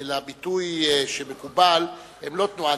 הביטוי שמקובל, הם לא תנועה אנטישמית,